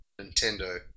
Nintendo